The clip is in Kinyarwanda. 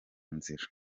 nzira